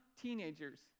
teenagers